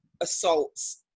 assaults